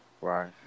Right